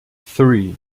three